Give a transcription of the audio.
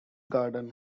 garden